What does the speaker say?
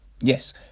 yes